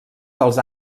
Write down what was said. dels